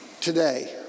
today